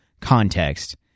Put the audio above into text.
context